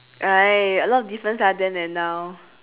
a lot of difference ah then and now